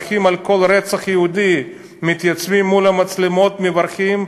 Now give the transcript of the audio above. כל רצח יהודי מתייצבים מול המצלמות ומברכים,